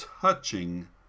touching